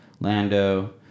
Lando